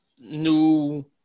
new